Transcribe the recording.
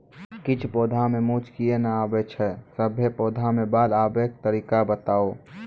किछ पौधा मे मूँछ किये नै आबै छै, सभे पौधा मे बाल आबे तरीका बताऊ?